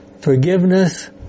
forgiveness